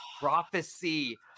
prophecy